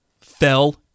fell